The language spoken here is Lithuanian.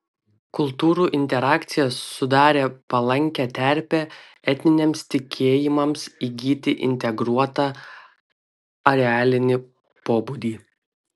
kultūrų interakcija sudarė palankią terpę etniniams tikėjimams įgyti integruotą arealinį pobūdį